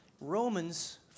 Romans